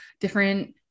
different